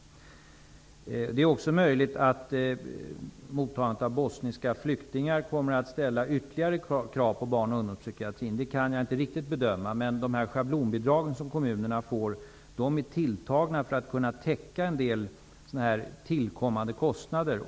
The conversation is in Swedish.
Det är möjligt att mottagandet av bosniska flyktingar kommer att ställa ytterligare krav på barn och ungdomspsykiatrin. Det kan jag inte riktigt bedöma, men de schablonbidrag som kommunerna får är tilltagna för att kunna täcka en del av just sådana här tillkommande kostnader.